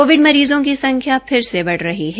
Covid मरीजों की संख्या फिर से बढ़ रही है